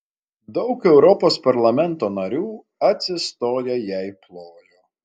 daug europos parlamento narių atsistoję jai plojo